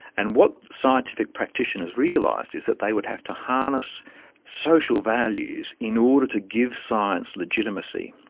and what scientific practitioners realised is that they would have to harness social values in order to give science legitimacy.